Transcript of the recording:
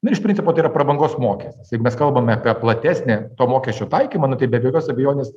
na iš principo tai yra prabangos mokestis jiegu mes kalbame apie platesnį to mokesčio taikymą nu tai be be jokios abejonės